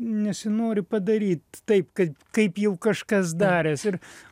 nesinori padaryt taip kad kaip jau kažkas daręs ir